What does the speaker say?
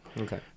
Okay